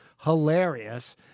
hilarious